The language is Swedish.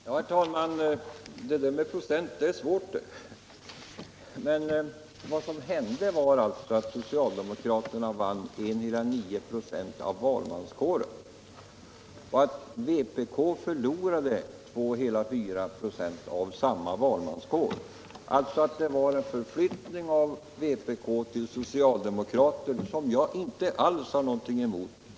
Herr talman! Det här med procent är svårt. Men vad som hände var att socialdemokraterna vann 1,9 ”o av valmanskåren och att vpk förlorade 2,4 ”5 av samma valmanskår. Det var alltså en förflyttning av röster från vpk till socialdemokraterna, vilket jag inte alls har någonting emot.